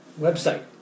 Website